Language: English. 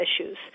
issues